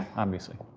obviously.